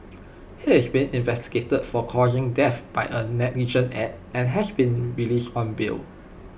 he is being investigated for causing death by A negligent act and has been released on bail